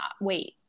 wait